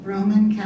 Roman